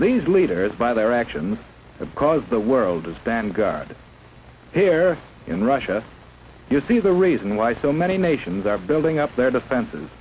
made leaders by their actions across the world as band guide here in russia you see the reason why so many nations are building up their defenses